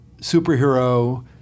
superhero